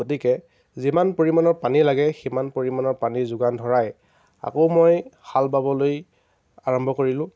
গতিকে যিমান পৰিমাণৰ পানী লাগে সিমান পৰিমাণৰ পানী যোগান ধৰাই আকৌ মই হাল বাবলৈ আৰম্ভ কৰিলোঁ